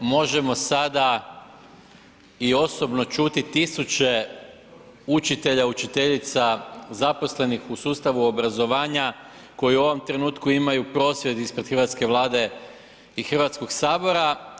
Možemo sada i osobno čuti tisuće učitelja i učiteljica zaposlenih u sustavu obrazovanja koji u ovom trenutku imaju prosvjed ispred hrvatske Vlade i Hrvatskoga sabora.